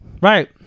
Right